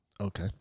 Okay